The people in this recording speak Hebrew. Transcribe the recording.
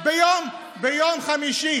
ביום חמישי